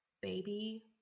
baby